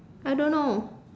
I don't know